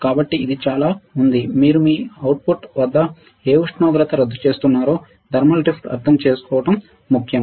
కాబట్టి ఇది చాలా ఉంది మీరు మీ అవుట్పుట్ వద్ద ఏ ఉష్ణోగ్రత వద్ద రద్దు చేస్తున్నారో థర్మల్ డ్రిఫ్ట్ అర్థం చేసుకోవడం ముఖ్యం